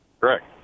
Correct